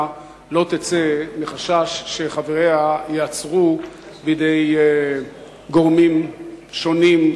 לא תצא מחשש שחבריה ייעצרו בידי גורמים שונים,